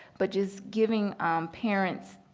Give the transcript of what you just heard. but just giving parents,